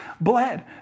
bled